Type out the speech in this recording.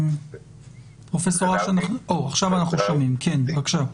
אנחנו שומעים, בבקשה.